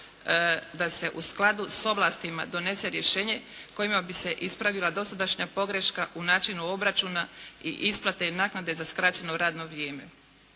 da se u skladu s ovlastima donese rješenje kojima bi se ispravila dosadašnja pogreška u načinu obračuna i isplate i naknade za skraćeno radno vrijeme.